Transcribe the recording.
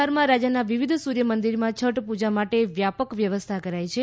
બિહારમાં રાજ્યના વિવિધ સૂર્યમંદિરમાં છઠ પુજા માટે વ્યાપક વ્યવસ્થા કરાઈ છે